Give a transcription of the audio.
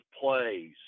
plays